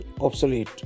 obsolete